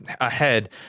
ahead